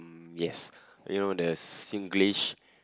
yes you know the Singlish